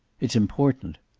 it's important.